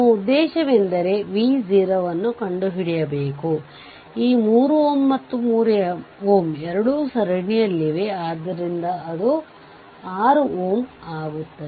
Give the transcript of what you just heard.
ಉದಾಹರಣೆಗೆ V0 10 volt ಅಥವಾ i0 1 ampere ಅಥವಾ V0 ಅಥವಾ i0ದ ಯಾವುದೇ ಅನಿರ್ದಿಷ್ಟ ಮೌಲ್ಯಗಳನ್ನು ಬಳಸಬಹುದು